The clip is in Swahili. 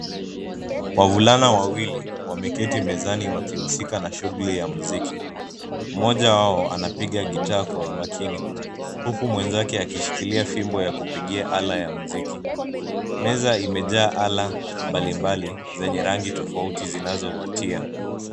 Wavulana wawili wameketi mezani wakihusika na shuguli ya mziki. Moja wao anapiga gitaa kwa umakini huku mwenzake akishikilia fimbo ya kupigia ala ya mziki. Meza imejaa ala mbalimbali zenye rangi tofauti zinazovutia.